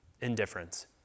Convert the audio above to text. indifference